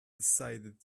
decided